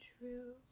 true